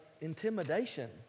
intimidation